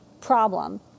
problem